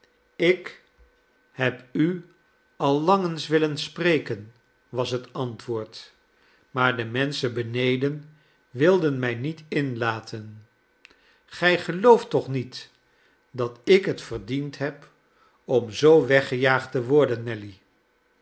ik heb u al lang eens willen spreken was het antwoord maar de menschen beneden wilden mij niet inlaten gij gelooft toch niet dat ik het verdiend heb om zoo weggejaagd te worden nelly